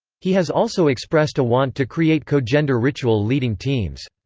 he has also expressed a want to create co-gender ritual leading teams.